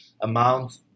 amount